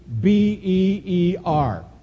B-E-E-R